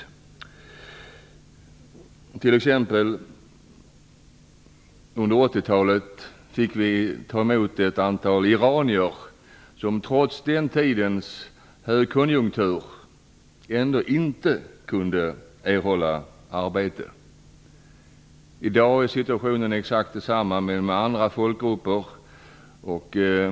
Under 1980-talet fick vi t.ex. i Malmö ta emot ett antal iranier, som trots den tidens högkonjunktur inte kunde erhålla arbete. I dag är situationen exakt densamma när det gäller andra folkgrupper.